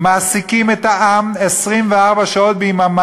להפריע להם ולמנוע מהם